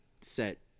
set